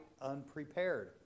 unprepared